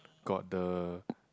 got the